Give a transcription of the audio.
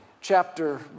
chapter